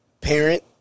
parent